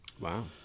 Wow